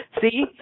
See